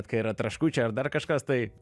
kai yra traškučiai ar dar kažkas tai